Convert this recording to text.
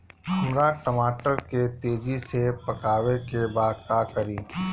हमरा टमाटर के तेजी से पकावे के बा का करि?